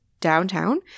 downtown